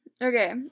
Okay